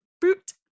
fruit